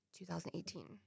2018